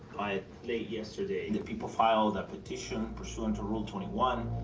late yesterday, the people filed a petition pursuant to rule twenty one.